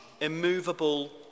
immovable